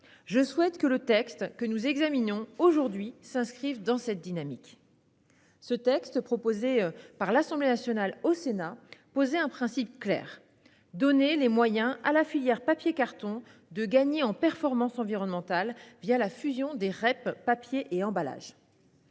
Je souhaite que le texte que nous examinons aujourd'hui s'inscrive dans cette dynamique. Cette proposition de loi déposée à l'Assemblée nationale posait un principe clair : donner les moyens à la filière papier-carton de gagner en performance environnementale la fusion des REP papier et emballages.